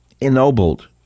ennobled